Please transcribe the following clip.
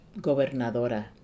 Gobernadora